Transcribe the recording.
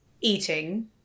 Eating